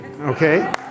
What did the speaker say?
Okay